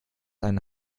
eine